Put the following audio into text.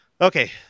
Okay